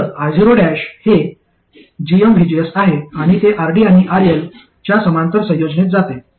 तर io' हे gmvgs आहे आणि ते RD आणि RL च्या समांतर संयोजनेत जाते